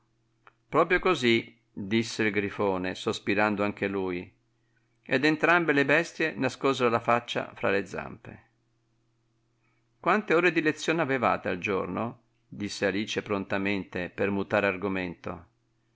proprio così disse il grifone sospirando anche lui ed entrambe le bestie nascosero la faccia fra le zampe quante ore di lezione avevate al giorno disse alice prontamente per mutare argomento